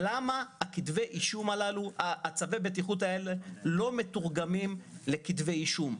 למה צווי הבטיחות הללו לא מתורגמים לכתבי אישום?